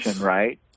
right